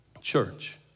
church